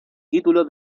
título